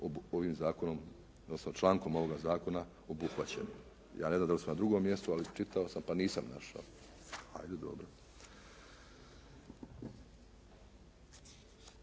ovim zakonom odnosno člankom ovoga zakona obuhvaćeni. Ja ne znam da li su na drugom mjestu, ali čitao sam pa nisam našao. U